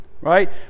right